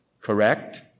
Correct